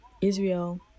Israel